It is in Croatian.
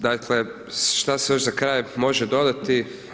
Dakle, šta se još za kraj može dodati?